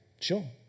sure